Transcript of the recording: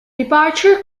departure